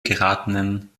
geratenen